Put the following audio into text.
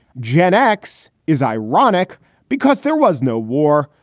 gen x is ironic because there was no war.